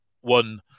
one